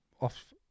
off